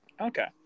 Okay